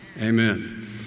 Amen